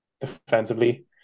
defensively